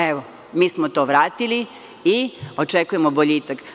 Evo, mi smo to vratili i očekujemo boljitak.